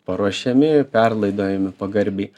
paruošiami perlaidojami pagarbiai